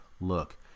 look